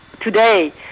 today